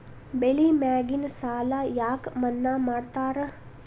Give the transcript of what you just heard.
ಬೆಳಿ ಮ್ಯಾಗಿನ ಸಾಲ ಯಾಕ ಮನ್ನಾ ಮಾಡ್ತಾರ?